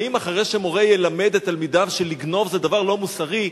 האם אחרי שמורה ילמד את תלמידיו שלגנוב זה דבר לא מוסרי,